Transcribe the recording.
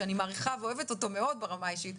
שאני מעריכה אותו ואוהבת אותו מאוד ברמה האישית,